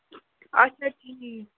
اَچھا ٹھیٖک